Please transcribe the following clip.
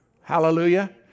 Hallelujah